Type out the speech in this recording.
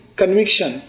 conviction